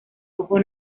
ojo